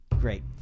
Great